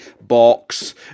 box